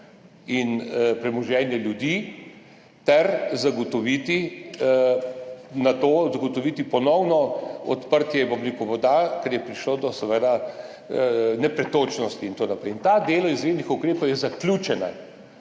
in premoženja ljudi ter nato zagotoviti ponovno odprtje voda, ker je prišlo do nepretočnosti in tako naprej. In ta v delu izrednih ukrepov je zaključena.